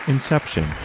Inception